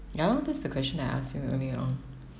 ya lor that's the question that I ask you earlier on